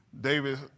David